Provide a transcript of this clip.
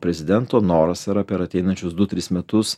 prezidento noras yra per ateinančius du tris metus